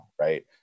Right